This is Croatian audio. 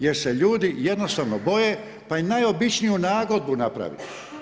Jer se ljudi, jednostavno boje, pa i najobičniju nagodbu napraviti.